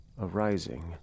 arising